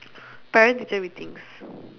parent teacher meetings